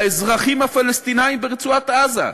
לאזרחים הפלסטינים ברצועת-עזה.